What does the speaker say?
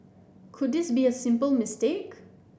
could this be a simple mistake